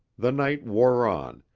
the night wore on,